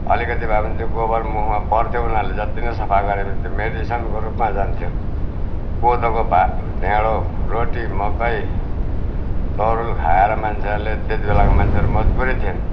अलिकति भए पनि त्यो गोबर मुखमा पर्थ्यो उनीहरूले जत्ति नै सफा गरे पनि त्यो मेडिसनको रूपमा जान्थ्यो कोदोको भात ढेँडो रोटी मकै तरुल खाएर मान्छेहरूले त्यत्ति बेलाको मान्छेहरू मजबुत नै थिए